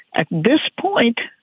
at this point,